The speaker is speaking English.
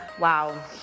wow